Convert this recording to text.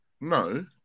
No